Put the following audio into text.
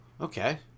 okay